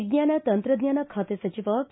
ವಿಜ್ಞಾನ ತಂತ್ರಜ್ಞಾನ ಖಾತೆ ಸಚಿವ ಕೆ